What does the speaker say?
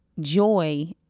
joy